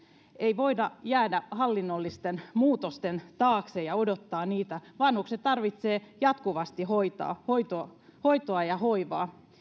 ei voida jäädä hallinnollisten muutosten taakse ja odottaa niitä vanhukset tarvitsevat jatkuvasti hoitoa hoitoa ja hoivaa